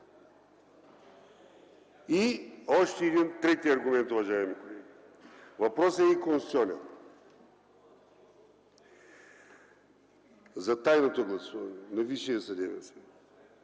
И още един – трети аргумент, уважаеми колеги. Въпросът е конституционален – за тайното гласуване на Висшия съдебен съвет.